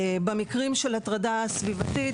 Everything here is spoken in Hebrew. במקרה של הטרדה סביבתית,